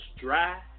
dry